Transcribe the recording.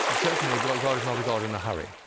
certainly god god is not a god in a hurry.